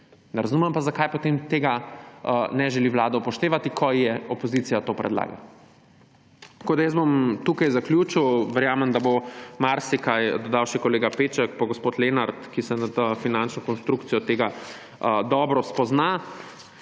Ne razumem pa, zakaj potem tega ne želi Vlada upoštevati, ko ji opozicija to predlaga. Tu bom zaključil. Verjamem, da bosta marsikaj dodal še kolega Peček in gospod Lenart, ki se na finančno konstrukcijo tega dobro spoznata.